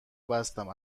بستم